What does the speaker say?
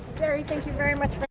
gary, thank you very much